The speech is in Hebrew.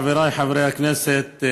חבריי חברי הכנסת,